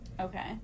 okay